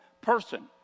person